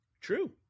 true